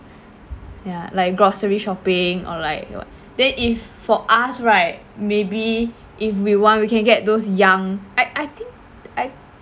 ya like groceries shopping or like then if for us right maybe if we want we can get those young I I think I